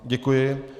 Děkuji.